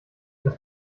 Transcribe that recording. das